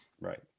right